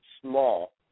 small